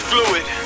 Fluid